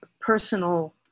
personal